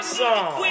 song